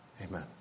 amen